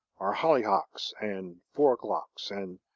are hollyhocks and four-o'clocks and,